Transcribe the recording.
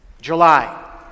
July